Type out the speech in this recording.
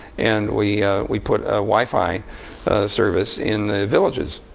and we we put ah wifi service in the villages.